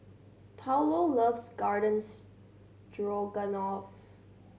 Paulo loves Garden Stroganoff